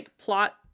plot